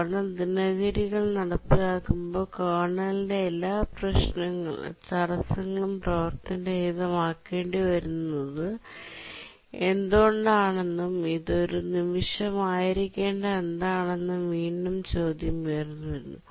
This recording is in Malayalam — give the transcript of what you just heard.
കേർണൽ ദിനചര്യകൾ നടപ്പിലാക്കുമ്പോൾ കേർണലിന് എല്ലാ തടസ്സങ്ങളും പ്രവർത്തനരഹിതമാക്കേണ്ടിവരുന്നത് എന്തുകൊണ്ടാണെന്നും ഇത് ഒരു നിമിഷം ആയിരിക്കേണ്ടതെന്താണെന്നും വീണ്ടും ചോദ്യം ഉയർന്നുവരുന്നു